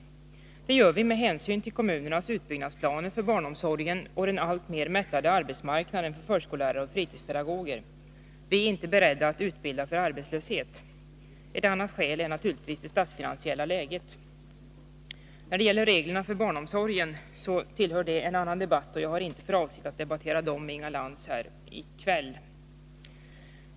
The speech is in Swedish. Detta gör vi med hänsyn till kommunernas utbyggnadsplaner för barnomsorgen och den alltmer mättade arbetsmarknaden för förskollärare och fritidspedagoger. Vi är inte beredda att utbilda för arbetslöshet. Ett annat skäl är naturligtvis det statsfinansiella läget. När det gäller reglerna för barnomsorgen tillhör dessa ett annat sammanhang, och jag har inte för avsikt att debattera dem med Inga Lantz här i kväll.